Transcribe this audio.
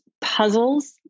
puzzles